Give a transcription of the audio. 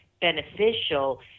beneficial